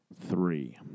three